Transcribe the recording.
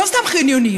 לא סתם חניונים,